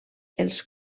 els